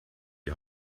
die